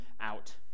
out